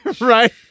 Right